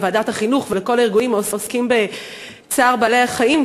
לוועדת החינוך ולכל הארגונים העוסקים בצער בעלי-החיים,